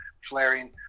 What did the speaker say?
flaring